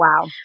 Wow